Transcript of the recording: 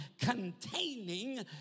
containing